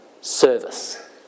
service